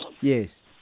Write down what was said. Yes